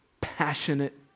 passionate